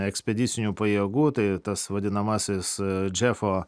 ekspedicinių pajėgų tai tas vadinamasis džefo